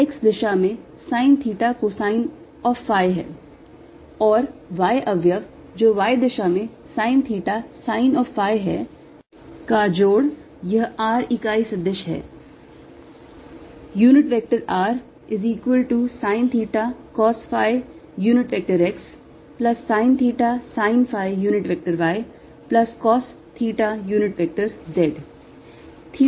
तो x अवयव x दिशा में sine theta cosine of phi है और y अवयव जो y दिशा में sine theta sine of phi है का जोड़ यह r इकाई सदिश है